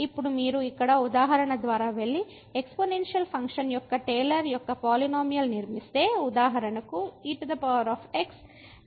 ఇప్పుడు మీరు ఇక్కడ ఉదాహరణ ద్వారా వెళ్లి ఎక్స్పోనెన్షియల్ ఫంక్షన్ యొక్క టేలర్ యొక్క పాలినోమియల్ నిర్మిస్తే ఉదాహరణకు ex x 0 చుట్టూ ఇలా